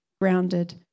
grounded